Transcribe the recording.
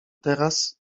teraz